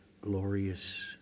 glorious